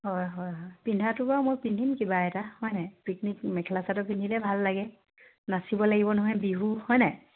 হয় হয় হয় পিন্ধাটো বাৰু মই পিন্ধিম কিবা এটা হয় নাই পিকনিক মেখেলা চাদৰ পিন্ধিলে ভাল লাগে নাচিব লাগিব নহয় বিহু হয় নাই